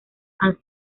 han